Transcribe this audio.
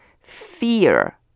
Fear